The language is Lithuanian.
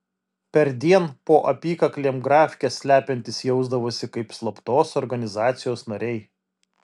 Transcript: perdien po apykaklėm grafkes slepiantys jausdavosi kaip slaptos organizacijos nariai